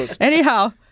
Anyhow